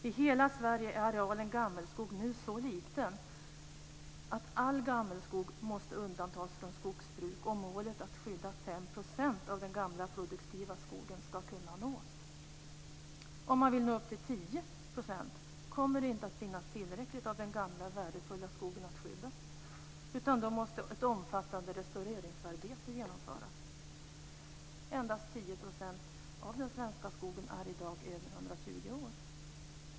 I hela Sverige är arealen gammelskog nu så liten att all gammelskog måste undantas från skogsbruk om målet att skydda 5 % av den gamla produktiva skogen ska kunna nås. Om man vill nå upp till 10 % kommer det inte att finnas tillräckligt av den gamla värdefulla skogen att skydda, utan då måste ett omfattande restaureringsarbete genomföras. Endast 10 % av den svenska skogen är i dag över 120 år.